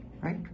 right